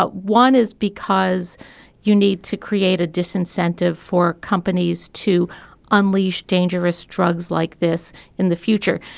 ah one is because you need to create a disincentive for companies to unleash dangerous drugs like this in the future.